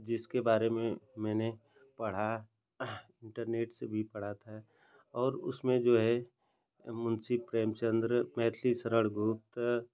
जिसके बारे में मैंने पढ़ा इन्टरनेट से भी पढ़ा था और उसमें जो है मुन्शी प्रेमचन्द मैथिली शरण गुप्त